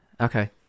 Okay